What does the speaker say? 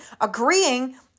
agreeing